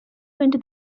into